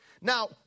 Now